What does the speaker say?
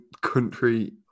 country